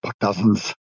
dozens